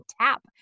tap